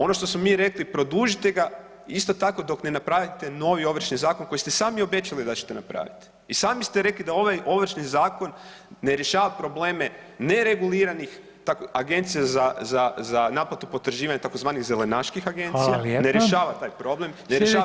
Ono što smo mi rekli, produžite ga, isto tako dok ne napravite novi Ovršni zakon koji ste sami obećali da ćete napraviti, i sami ste rekli da ovaj Ovršni zakon ne rješava probleme, nereguliranih agencija za naplatu potraživanja, tzv. zelenaških agencija, ne rješava taj problem, ne rješava